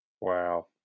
Wow